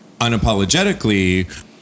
unapologetically